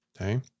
Okay